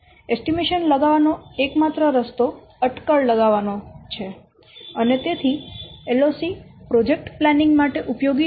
estimation લગાવવાનો એકમાત્ર રસ્તો અટકળ લગાવવાનો છે અને તેથી LOC પ્રોજેક્ટ પ્લાનિંગ માટે ઉપયોગી નથી